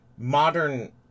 modern